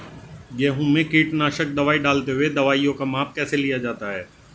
गेहूँ में कीटनाशक दवाई डालते हुऐ दवाईयों का माप कैसे लिया जाता है?